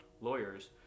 lawyers